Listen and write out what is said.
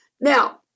Now